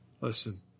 Listen